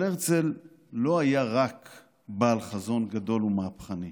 אבל הרצל לא היה רק בעל חזון גדול ומהפכני.